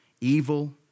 evil